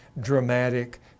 dramatic